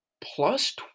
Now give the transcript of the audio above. plus